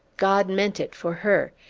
god meant it for her.